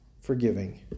forgiving